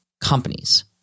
companies